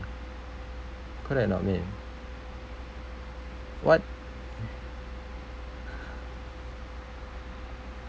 correct or not min what